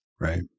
Right